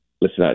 Listen